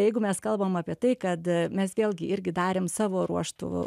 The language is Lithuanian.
jeigu mes kalbam apie tai kad mes vėlgi irgi darėme savo ruožtu